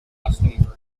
custom